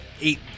eight